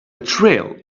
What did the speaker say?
trill